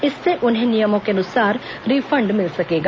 इससे उन्हें नियमों के अनुसार रिफंड मिल सकेगा